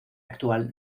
actual